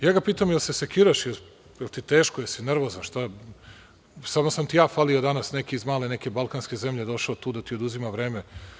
Ja ga pitam – jel se sekiraš, jel ti teško, jesi li nervozan, samo sam ti ja falio danas, neki iz male neke balkanske zemlje došao tu da ti oduzima vreme.